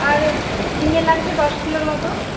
আর ঝিঙে লাগবে দশ কিলোর মতো